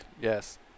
Yes